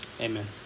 Amen